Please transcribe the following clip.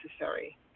necessary